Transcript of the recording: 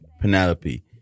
Penelope